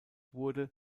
wurde